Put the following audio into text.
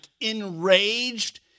enraged